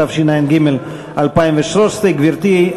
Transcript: התשע"ג 2013. גברתי,